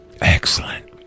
Excellent